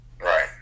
right